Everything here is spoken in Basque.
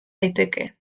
daiteke